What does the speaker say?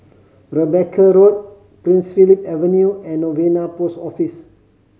Rebecca Road Prince Philip Avenue and Novena Post Office